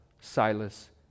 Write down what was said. Silas